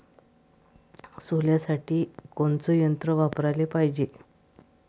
सोल्यासाठी कोनचं यंत्र वापराले पायजे?